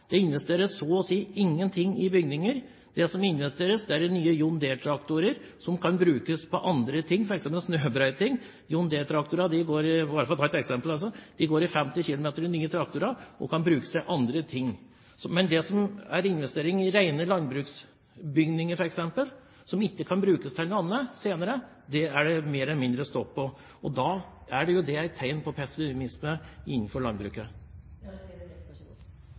Det investeres så å si ingenting i bygninger. Det man investerer i, er nye John Deere-traktorer, som kan brukes til andre ting, f.eks. til snøbrøyting. De nye John Deere-traktorene – bare for å ta et eksempel – går i 50 km/t og kan brukes til andre ting. Men investeringer i rene landbruksbygninger, f.eks., som ikke kan brukes til noe annet senere, er det mer eller mindre stopp for. Da er det et tegn på pessimisme innenfor landbruket.